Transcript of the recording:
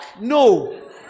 no